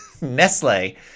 Nestle